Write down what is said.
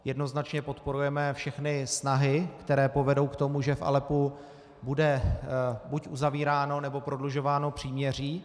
Jednoznačně podporujeme všechny snahy, které povedou k tomu, že v Aleppu bude buď uzavíráno, nebo prodlužováno příměří.